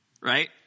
Right